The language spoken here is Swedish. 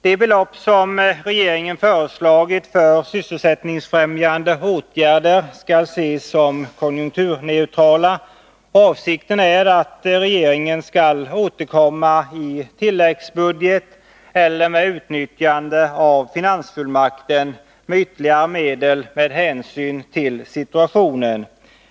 De belopp som regeringen föreslagit för sysselsättningsfrämjande åtgärder skall ses som konjunkturneutrala, och avsikten är att regeringen i tilläggsbudget eller med utnyttjande av finansfullmakten skall återkomma med ytterligare medel, om så erfordras med hänsyn till situationen.